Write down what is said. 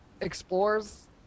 Explores